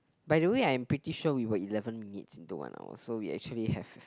by the way I'm pretty sure we were eleven minutes into one hour so we actually have